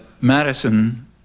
Madison